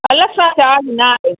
अलॻि सां चार्ज नाहे